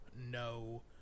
no